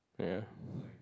ya